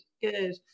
good